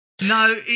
No